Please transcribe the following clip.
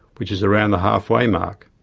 which is around the halfway mark.